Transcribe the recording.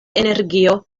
energio